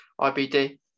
IBD